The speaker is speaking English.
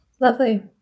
Lovely